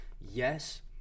Yes